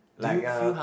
like a